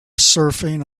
surfing